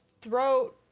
throat